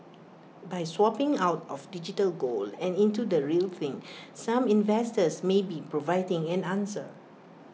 by swapping out of digital gold and into the real thing some investors may be providing an answer